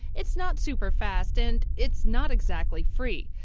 it's not super fast, and it's not exactly free.